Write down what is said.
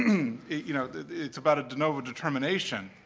you know it's about a de novo determination,